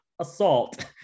assault